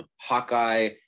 Hawkeye